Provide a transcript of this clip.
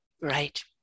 Right